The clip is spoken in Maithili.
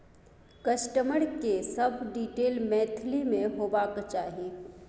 कस्टमर के सब डिटेल मैथिली में होबाक चाही